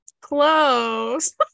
close